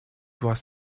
doit